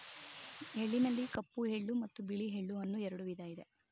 ಎಳ್ಳಿನಲ್ಲಿ ಕಪ್ಪು ಎಳ್ಳು ಮತ್ತು ಬಿಳಿ ಎಳ್ಳು ಅನ್ನೂ ಎರಡು ವಿಧ ಇದೆ